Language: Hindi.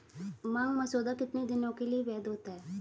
मांग मसौदा कितने दिनों के लिए वैध होता है?